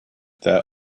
there